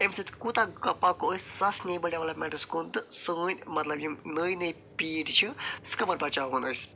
امہِ سۭتۍ کوٗتاہ پکو أسۍ سسٹٮ۪نِبٕل ڈٮ۪ولپمٮ۪نٹس کُن تہٕ سٲنۍ مطلب یم نٔے نٔے پیر چھِ سُہ کتھ پٲٹھۍ بچاون أسۍ